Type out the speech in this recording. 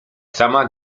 sama